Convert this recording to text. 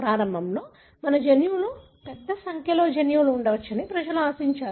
ప్రారంభంలో మన జన్యువులో పెద్ద సంఖ్యలో జన్యువులు ఉండవచ్చని ప్రజలు ఆశించారు